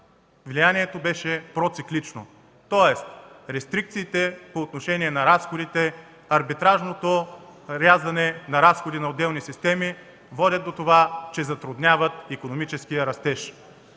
влиянието беше проциклично, тоест, рестрикциите по отношение на разходите, арбитражното рязане на разходите на отделни системи водят до това, че затрудняват икономическия растеж.